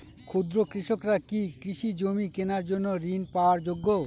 ক্ষুদ্র কৃষকরা কি কৃষি জমি কেনার জন্য ঋণ পাওয়ার যোগ্য?